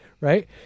right